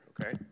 okay